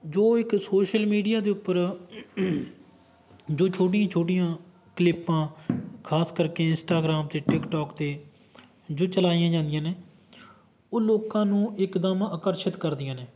ਜੋ ਇੱਕ social media ਦੇ ਉੱਪਰ ਜੋ ਛੋਟੀਆਂ ਛੋਟੀਆਂ ਕਲਿਪਾਂ ਖ਼ਾਸ ਕਰਕੇ ਇੰਸਟਾਗਰਾਮ 'ਤੇ ਟਿੱਕਟੋਕ 'ਤੇ ਜੋ ਚਲਾਈਆਂ ਜਾਂਦੀਆਂ ਨੇ ਉਹ ਲੋਕਾਂ ਨੂੰ ਇੱਕਦਮ ਆਕਰਸ਼ਿਤ ਕਰਦੀਆਂ ਨੇ